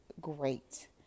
great